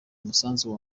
umusanzu